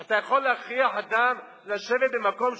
אתה יכול להכריח אדם לשבת במקום שהוא